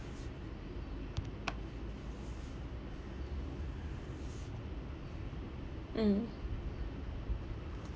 mm